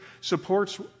supports